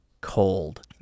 cold